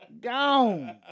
gone